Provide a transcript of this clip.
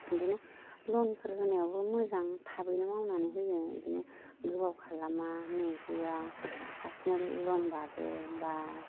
बिदिनो लनफोर होनायावबो मोजां थाबैनो मावनानै होयो बिदिनो गोबाव खालामा नेहोआ फारसेनेल लनबाबो बा